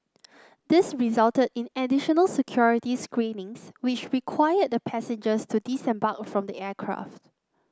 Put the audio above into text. this resulted in additional security screenings which required the passengers to disembark from the aircraft